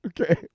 Okay